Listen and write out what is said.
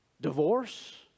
Divorce